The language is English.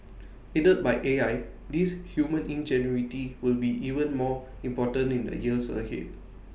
aided by A I this human ingenuity will be even more important in the years ahead